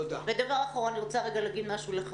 אני לא רוצה לראות את הילדים מסתובבים ברחובות סתם כך.